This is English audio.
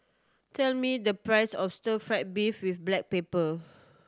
tell me the price of stir fried beef with black pepper